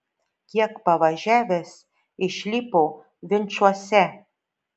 kiek pavažiavęs išlipo vinčuose